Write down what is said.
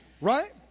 Right